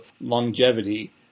longevity